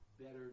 better